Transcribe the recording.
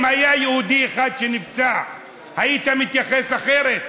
אם היה יהודי אחד שנפצע היית מתייחס אחרת.